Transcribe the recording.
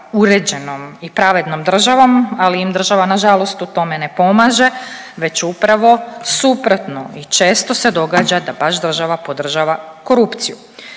uređenom i pravednom državom, ali im država nažalost u tome ne pomaže već upravo suprotno i često se događa da baš država podržava korupciju.